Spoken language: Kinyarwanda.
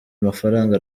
amafaranga